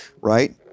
right